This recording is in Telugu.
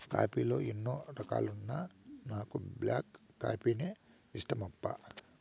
కాఫీ లో ఎన్నో రకాలున్నా నాకు బ్లాక్ కాఫీనే ఇష్టమప్పా